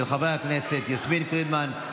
של חברי הכנסת יסמין פרידמן,